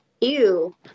ew